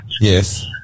Yes